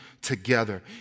together